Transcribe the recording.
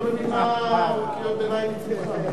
אני לא מבין מה קריאות הביניים מצדך.